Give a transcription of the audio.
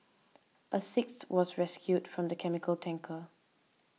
a sixth was rescued from the chemical tanker